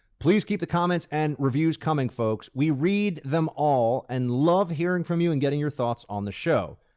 please keep the comments and reviews coming, folks. we read them all and love hearing from you and getting your thoughts on the show.